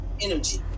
energy